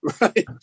Right